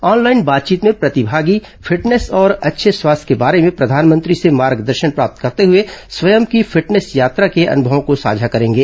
online बातचीत में प्रतिभागी फिटनेस और अच्छे स्वास्थ्य के बारे में प्रघानमंत्री से मार्गदर्शन प्राप्त करते हुए स्वयं की फिटनेस यात्रा के अनुभवों को साझा करेंगे